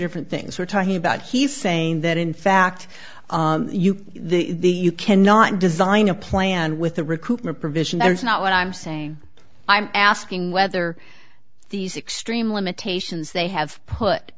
different things we're talking about he's saying that in fact the the you cannot design a plan with the recruitment provision and it's not what i'm saying i'm asking whether these extreme limitations they have put